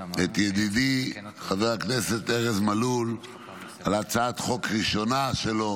את ידידי חבר הכנסת ארז מלול על הצעת חוק ראשונה שלו